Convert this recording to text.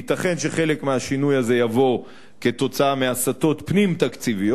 ייתכן שחלק מהשינוי הזה יבוא מהסטות פנים-תקציביות,